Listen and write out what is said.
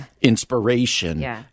inspiration